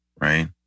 right